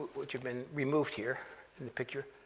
which have been removed here in the picture,